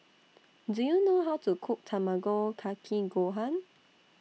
Do YOU know How to Cook Tamago Kake Gohan